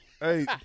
Hey